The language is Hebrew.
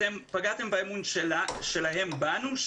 אתם פגעתם באמון שלהם בנו,